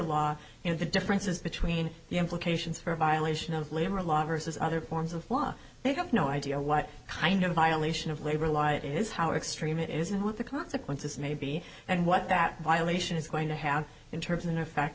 in the differences between the implications for violation of labor law versus other forms of law they have no idea what kind of violation of labor law it is how extreme it is and what the consequences may be and what that violation is going to have in terms of an effect